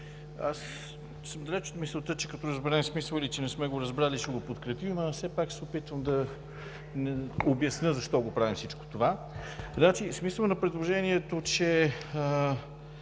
съм от мисълта, че като разберем смисъла или като не сме го разбрали ще го подкрепим, но все пак се опитвам да обясня защо правим всичко това. Смисълът на предложението да